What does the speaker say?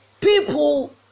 people